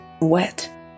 wet